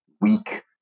weak